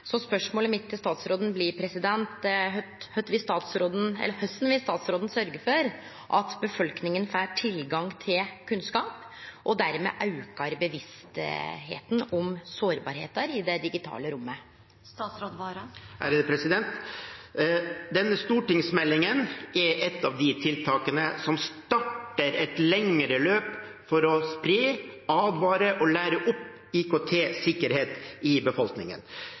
Så spørsmålet mitt til statsråden blir: Korleis vil statsråden sørgje for at befolkninga får tilgang til kunnskap og dermed aukar bevisstheita om sårbarheita i dei digitale romma? Denne stortingsmeldingen er ett av tiltakene som starter et lengre løp for å spre, advare og lære opp om IKT-sikkerhet i befolkningen.